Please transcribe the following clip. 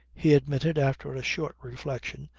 he admitted, after a short reflection,